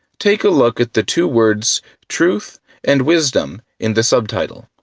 take a look at the two words truth and wisdom in the subtitle.